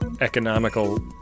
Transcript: Economical